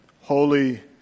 holy